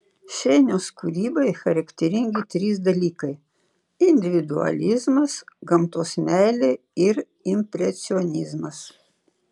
šeiniaus kūrybai charakteringi trys dalykai individualizmas gamtos meilė ir impresionizmas